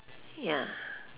ya